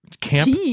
camp